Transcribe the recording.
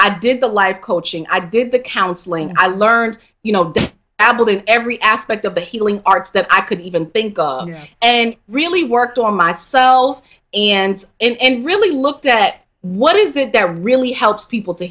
i did the live coaching i did the counseling i learned you know day absolutely every aspect of the healing arts that i could even think of and really worked on myself and and really looked at what is it that really helps people to